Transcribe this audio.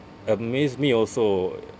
amazed me also